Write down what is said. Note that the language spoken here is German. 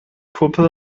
puppe